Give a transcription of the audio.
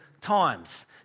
times